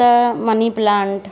त money plant